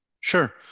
Sure